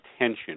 attention